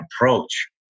approach